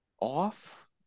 off